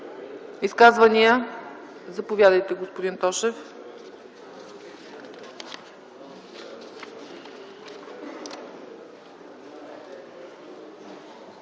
Изказвания? Заповядайте, господин Тошев.